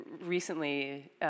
recently